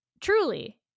truly